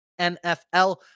NFL